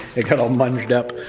it got all munged up.